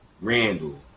Randall